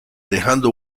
dejando